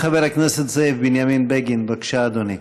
חבר הכנסת זאב בנימין בגין, בבקשה, אדוני.